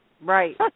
Right